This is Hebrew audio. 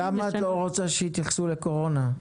למה את לא רוצה שיתייחסו לקורונה?